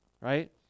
Right